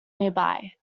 nearby